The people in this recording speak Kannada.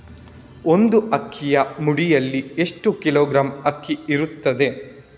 ಒಂದು ಅಕ್ಕಿಯ ಮುಡಿಯಲ್ಲಿ ಎಷ್ಟು ಕಿಲೋಗ್ರಾಂ ಅಕ್ಕಿ ಇರ್ತದೆ?